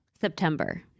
September